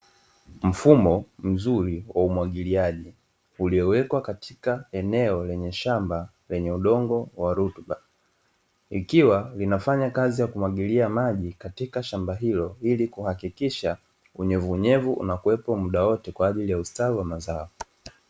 Mfumo mzuri wa umwagiliaji uliowekwa katika eneo la shamba lenye udongo wenye rutuba, ikiwa inafanya kazi ya kumwagilia maji katika shamba hilo ili kuhakikisha unyevu unyevu unakuwepo muda wote kwa ajili ya ustawi wa mazao.